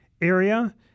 area